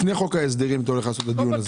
לפני חוק ההסדרים אתה הולך לעשות את הדיון הזה?